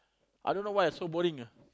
I don't why so boring ah